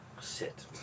Sit